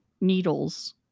needles